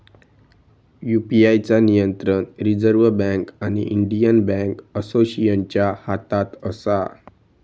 UPI चा नियंत्रण reserve bank आणि इंडियन बॅन्क असोसिएशनच्या हातात असा